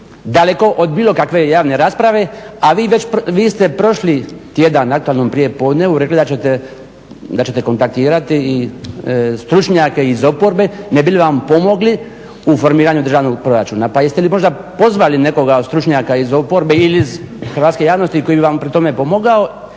daleko od bilo kakve javne rasprave, a vi ste prošli tjedan, znate ono, prijepodnevnu rekli da ćete, da ćete kontaktirati stručnjake iz oporbe ne bi li vam pomogli u formiranju državnog proračuna. Pa jeste li možda pozvali nekoga od stručnjaka iz oporbe ili iz hrvatske javnosti koji bi vam pri tome pomogao